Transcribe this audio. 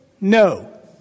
No